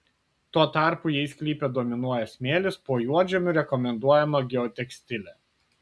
tuo tarpu jei sklype dominuoja smėlis po juodžemiu rekomenduojama geotekstilė